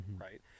right